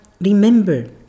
remember